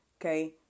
Okay